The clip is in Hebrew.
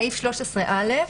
סעיף 13א,